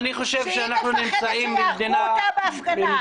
שהיא פוחדת שיהרגו אותה בהפגנה.